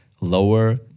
lower